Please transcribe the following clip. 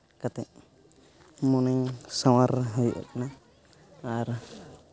ᱠᱟᱛᱮ ᱢᱚᱱᱮᱧ ᱥᱟᱶᱟᱨ ᱦᱩᱭᱩᱜ ᱠᱟᱱᱟ ᱟᱨ